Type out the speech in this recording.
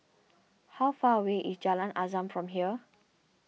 how far away is Jalan Azam from here